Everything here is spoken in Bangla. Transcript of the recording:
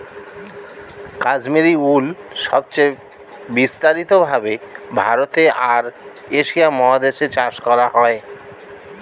কাশ্মীরি উল সবচেয়ে বিস্তারিত ভাবে ভারতে আর এশিয়া মহাদেশে চাষ করা হয়